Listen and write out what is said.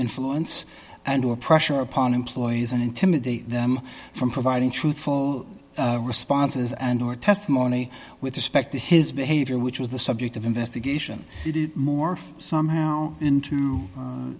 influence and or pressure upon employees and intimidate them from providing truthful responses and or testimony with respect to his behavior which was the subject of investigation more somehow into